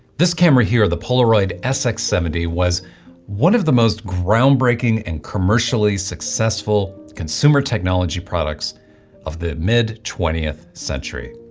this camera here the polaroid sx seventy was one of the most groundbreaking and commercially successful consumer technology products of the mid twentieth century.